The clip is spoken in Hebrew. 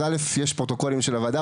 אז א', יש פרוטוקולים של הוועדה.